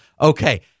Okay